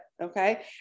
okay